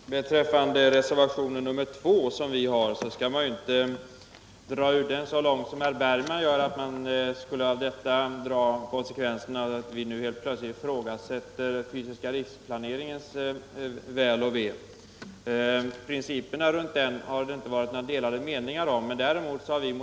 Fru talman! Beträffande reservationen 2 vill jag säga att man inte, som herr Bergman i Göteborg nu gör, skall dra ut konsekvenserna av resonemanget så långt att vi nu helt plötsligt skulle ifrågasätta den fysiska riksplaneringen. Det har inte varit några delade meningar om principerna för den.